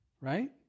right